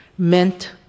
meant